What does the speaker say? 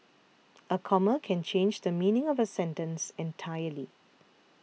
a comma can change the meaning of a sentence entirely